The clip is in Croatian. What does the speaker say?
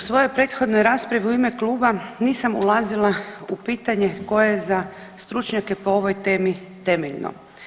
U svojoj prethodnoj raspravi u ime kluba nisam ulazila u pitanje tko je za stručnjake koje je po ovoj temi temeljno.